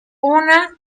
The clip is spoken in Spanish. una